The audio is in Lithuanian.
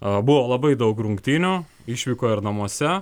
buvo labai daug rungtynių išvykoj ir namuose